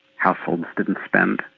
households didn't spend,